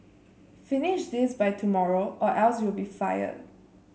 finish this by tomorrow or else you'll be fired